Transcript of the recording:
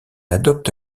adopte